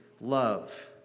love